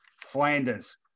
Flanders